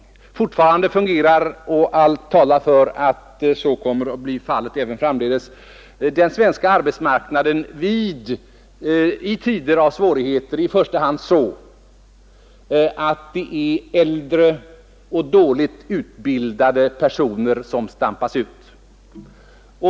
Fortfarande fungerar — och allt talar för att så kommer att bli fallet även framdeles — den svenska arbetsmarknaden i tider av svårigheter i första hand så att det är äldre och dåligt utbildade personer som stampas ut.